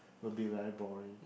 will be very boring